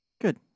Good